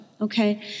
okay